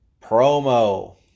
promo